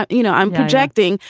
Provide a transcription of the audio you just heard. ah you know, i'm projecting,